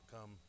come